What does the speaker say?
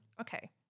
Okay